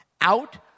out